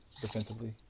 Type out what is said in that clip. defensively